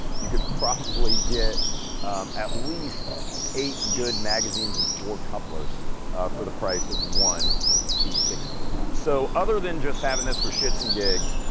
you could probably get at least eight good magazines and four couplers for the price of one d sixty. so other than just having this for shits and gigs,